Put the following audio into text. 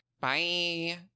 Bye